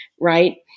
right